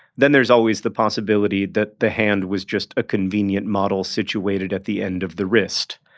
then there's always the possibility that the hand was just a convenient model situated at the end of the wrist.